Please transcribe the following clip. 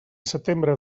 setembre